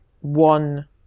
one